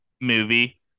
movie